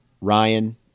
Ryan